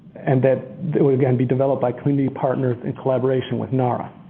and that it would again be developed by community partners in collaboration with nara.